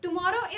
Tomorrow